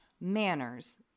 manners